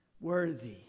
Worthy